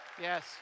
Yes